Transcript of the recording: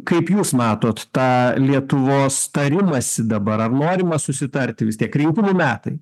kaip jūs matot tą lietuvos tarimąsi dabar ar norima susitarti vis tiek rinkimų metai